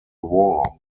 war